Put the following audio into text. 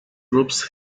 groups